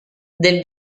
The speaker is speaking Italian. del